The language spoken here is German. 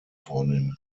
vornehmen